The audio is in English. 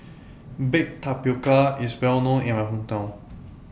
Baked Tapioca IS Well known in My Hometown